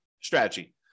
strategy